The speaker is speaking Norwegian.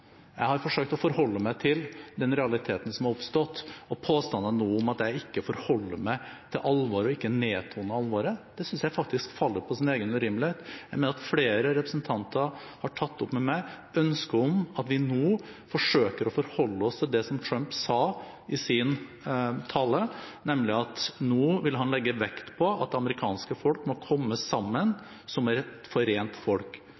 Jeg har forsøkt å forholde meg til den realiteten som har oppstått, og påstander nå om at jeg ikke forholder meg til alvoret, og at jeg nedtoner alvoret, synes jeg faktisk faller på sin egen urimelighet. Flere representanter har tatt opp med meg ønsket om at vi nå forsøker å forholde oss til det som Trump sa i sin tale, nemlig at nå vil han legge vekt på at det amerikanske folk må komme